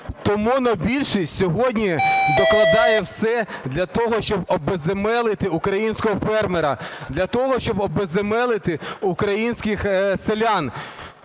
то монобільшість сьогодні докладає все для того, щоб обезземелити українського фермера, для того, щоб обезземелити українських селян.